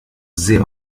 sehr